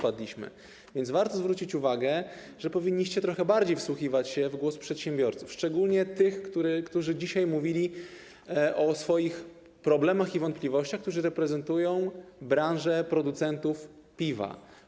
Warto więc zwrócić uwagę, że powinniście trochę bardziej wsłuchiwać się w głos przedsiębiorców, szczególnie tych, którzy dzisiaj mówili o swoich problemach i wątpliwościach, którzy reprezentują branżę producentów piwa.